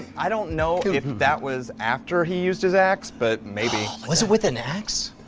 i don't know if that was after he used his ax, but maybe. was it with an ax?